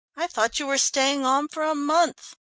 i thought you were staying on for a month.